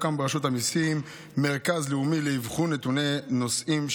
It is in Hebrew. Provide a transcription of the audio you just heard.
יוקם ברשות המיסים מרכז לאומי לאבחון נתוני נוסעים,